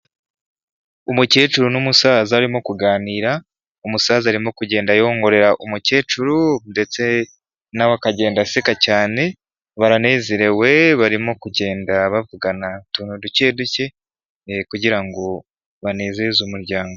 Umukecuru n'umusaza barimo kuganira, umusaza arimo kugenda yongorera umukecuru ndetse nawe akagenda aseka cyane, baranezerewe barimo kugenda bavugana utuntu duke duke, kugira ngo banezeze umuryango.